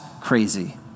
crazy